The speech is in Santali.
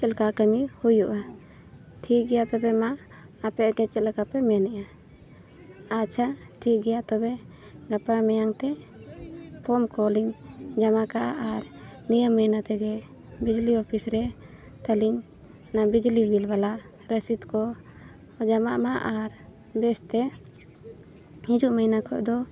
ᱪᱮᱫ ᱞᱮᱠᱟ ᱠᱟᱹᱢᱤ ᱦᱩᱭᱩᱜᱼᱟ ᱴᱷᱤᱠ ᱜᱮᱭᱟ ᱛᱚᱵᱮ ᱢᱟ ᱟᱯᱮ ᱮᱱᱛᱮᱫ ᱪᱮᱫ ᱞᱮᱠᱟ ᱯᱮ ᱢᱮᱱᱮᱜᱼᱟ ᱟᱪᱪᱷᱟ ᱴᱷᱤᱠ ᱜᱮᱭᱟ ᱛᱚᱵᱮ ᱜᱟᱯᱟ ᱢᱮᱭᱟᱝ ᱛᱮ ᱯᱷᱳᱱ ᱠᱚᱞᱤᱧ ᱧᱟᱢ ᱟᱠᱟᱫᱼᱟ ᱟᱨ ᱱᱤᱭᱟᱹ ᱢᱟᱹᱦᱱᱟᱹ ᱛᱮᱜᱮ ᱵᱤᱡᱽᱞᱤ ᱚᱯᱷᱤᱥ ᱨᱮ ᱛᱟᱞᱤᱧ ᱚᱱᱟ ᱵᱤᱡᱽᱞᱤ ᱵᱤᱞ ᱵᱟᱞᱟ ᱨᱚᱥᱤᱫ ᱠᱚ ᱡᱚᱢᱟᱜ ᱢᱟ ᱟᱨ ᱵᱮᱥ ᱛᱮ ᱦᱤᱡᱩᱜ ᱢᱟᱹᱦᱱᱟᱹ ᱠᱷᱚᱱ ᱫᱚ